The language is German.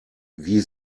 wie